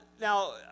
now